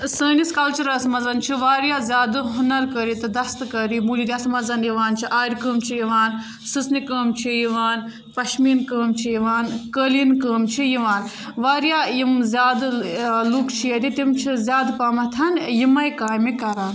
سٲنِس کَلچرَس منٛز چھِ واریاہ زیادٕ ہُنَر کٲری تہٕ دَستہٕ کٲری موٗجوٗد یَتھ منٛز یِوان چھِ آرِ کٲم چھِ یِوان سٕژنہِ کٲم چھِ یِوان پَشمیٖن کٲم چھِ یِوان قٲلیٖن کٲم چھِ یِوان واریاہ یِم زیادٕ لُکھ چھِ ییٚتہِ تِم چھِ زیادٕ پَہمَتھ یِمَے کامہِ کَران